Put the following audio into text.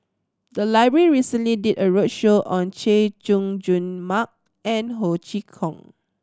the library recently did a roadshow on Chay Jung Jun Mark and Ho Chee Kong